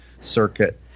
circuit